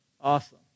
Awesome